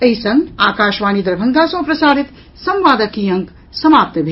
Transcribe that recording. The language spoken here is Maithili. एहि संग आकाशवाणी दरभंगा सँ प्रसारित संवादक ई अंक समाप्त भेल